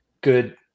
good